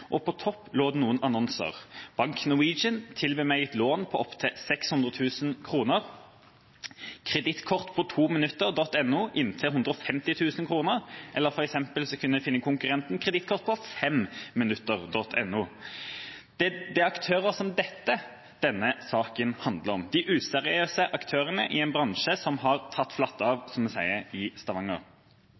og på topp lå det noen annonser. Bank Norwegian tilbød meg et lån på opptil 600 000 kr. I tillegg fant jeg tilbud om kredittkort på to minutter på inntil 150 000 kr og en konkurrent som tilbød kredittkort på fem minutter. Det er aktører som dette denne saken handler om: de useriøse aktørene i en bransje som har «tatt flatt av», som vi sier i Stavanger.